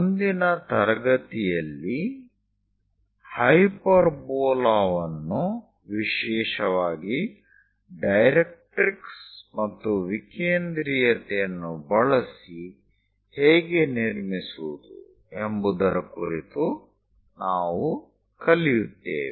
ಮುಂದಿನ ತರಗತಿಯಲ್ಲಿ ಹೈಪರ್ಬೋಲಾ ವನ್ನು ವಿಶೇಷವಾಗಿ ಡೈರೆಕ್ಟ್ರಿಕ್ಸ್ ಮತ್ತು ವಿಕೇಂದ್ರೀಯತೆಯನ್ನು ಬಳಸಿ ಹೇಗೆ ನಿರ್ಮಿಸುವುದು ಎಂಬುವುದರ ಕುರಿತು ನಾವು ಕಲಿಯುತ್ತೇವೆ